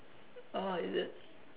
oh is it